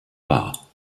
war